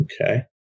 Okay